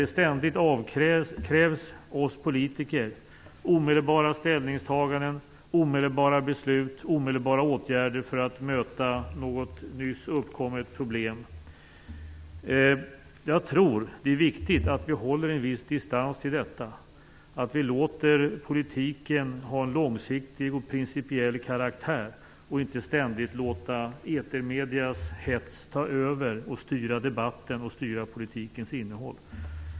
Vi politiker avkrävs ständigt omedelbara ställningstaganden, omedelbara beslut och omedelbara åtgärder för att möta något nyss uppkommet problem. Jag tror att det är viktigt att vi håller en viss distans till detta, att vi låter politiken ha en långsiktig och principiell karaktär och att vi inte ständigt låter etermediernas hets ta över och styra debatten och politikens innehåll.